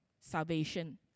salvation